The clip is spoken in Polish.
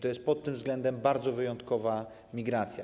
To jest pod tym względem bardzo wyjątkowa migracja.